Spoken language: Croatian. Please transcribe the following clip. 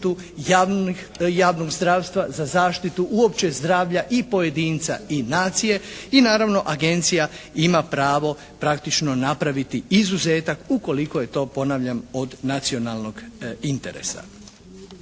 za zaštitu javnih, javnog zdravstva za zaštitu uopće zdravlja i pojedinca i nacije i naravno agencija ima pravo praktično napraviti izuzetak ukoliko je to ponavljam od nacionalnog interesa.